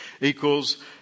equals